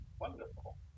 Wonderful